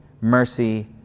mercy